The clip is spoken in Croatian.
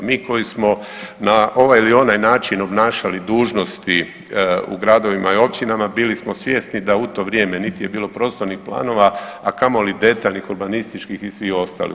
Mi koji smo na ovaj ili onaj način obnašali dužnosti u gradovima i općinama bili smo svjesni da u to vrijeme nit je bilo prostornih planova, a kamoli detaljnih urbanističkih i svih ostalih.